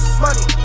money